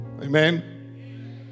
Amen